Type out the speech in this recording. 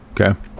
okay